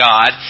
God